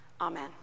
Amen